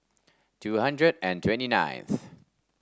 two hundred and twenty ninth